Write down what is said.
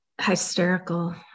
hysterical